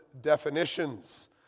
definitions